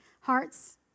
hearts